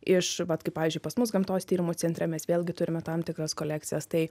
iš vat kaip pavyzdžiui pas mus gamtos tyrimų centre mes vėlgi turim tam tikras kolekcijas tai